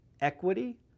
equity